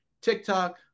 TikTok